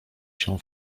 się